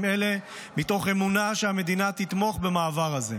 אלה מתוך אמונה שהמדינה תתמוך במעבר הזה.